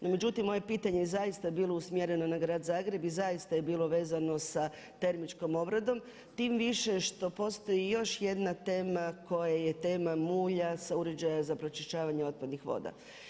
No međutim, moje pitanje je zaista bilo usmjereno na grad Zagreb i zaista je bilo vezano sa termičkom obradom tim više što postoji još jedna tema koja je tema mulja, uređaja za pročišćavanje otpadnih voda.